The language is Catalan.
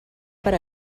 per